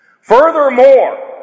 Furthermore